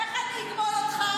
איך אני אגמול אותך מלבקר מחבלים?